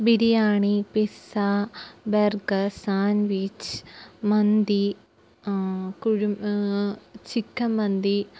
biryani pizza burger sandwich മന്തി chicken മന്തി